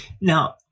Now